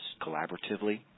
collaboratively